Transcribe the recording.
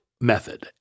method